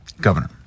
governor